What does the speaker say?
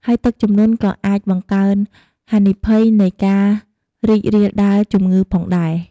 ហើយទឹកជំនន់ក៏អាចបង្កើនហានិភ័យនៃការរីករាលដាលជំងឺផងដែរ។